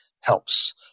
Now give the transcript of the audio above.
helps